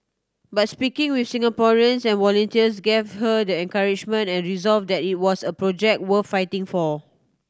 but speaking with Singaporeans and volunteers gave her the encouragement and resolve that it was a project worth fighting for